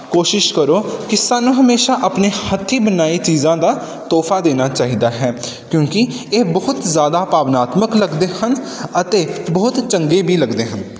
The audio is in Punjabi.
ਕੋਸ਼ਿਸ਼ ਕਰੋ ਕਿ ਸਾਨੂੰ ਹਮੇਸ਼ਾਂ ਆਪਣੇ ਹੱਥੀਂ ਬਣਾਈ ਚੀਜ਼ਾਂ ਦਾ ਤੋਹਫਾ ਦੇਣਾ ਚਾਹੀਦਾ ਹੈ ਕਿਉਂਕਿ ਇਹ ਬਹੁਤ ਜ਼ਿਆਦਾ ਭਾਵਨਾਤਮਕ ਲੱਗਦੇ ਹਨ ਅਤੇ ਬਹੁਤ ਚੰਗੇ ਵੀ ਲੱਗਦੇ ਹਨ